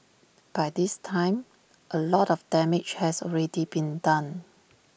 by this time A lot of damage has already been done